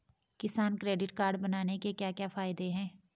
किसान credit card बनाने के क्या क्या फायदे हैं?